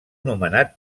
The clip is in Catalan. nomenat